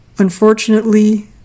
Unfortunately